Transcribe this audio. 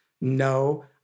No